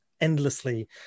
endlessly